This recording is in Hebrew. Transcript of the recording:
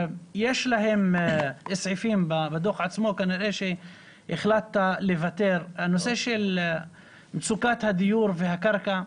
יש סעיפים בדוח עצמו שהחלטת לוותר הנושא של מצוקת הדיור והקרקע.